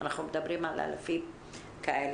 אנחנו מדברים על אלפים כאלה.